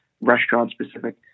restaurant-specific